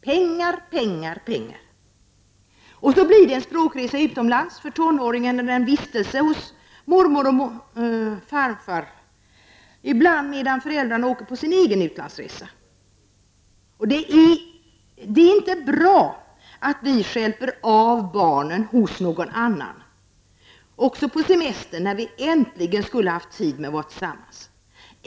Pengar, pengar, pengar! Så blir det en språkresa utomlands för tonåringen eller en vistelse hos moreller farföräldrarna, ibland medan föräldrarna åker på sin egen utlandsresa. Det är inte bra om vi stjälper av barnen hos någon annan också på semestern när vi äntligen har tid att vara tillsammans.